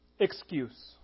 Excuse